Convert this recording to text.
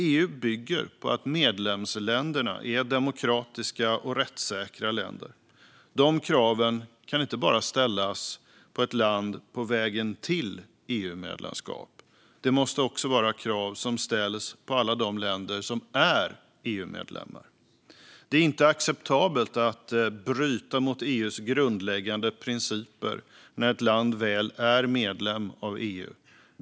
EU bygger på att medlemsländerna är demokratiska och rättssäkra länder. Dessa krav kan inte bara ställas på ett land på vägen till EU-medlemskap. Det måste också vara krav som ställs på alla de länder som är EU-medlemmar. Det är inte acceptabelt att bryta mot EU:s grundläggande principer när ett land väl är medlem av EU.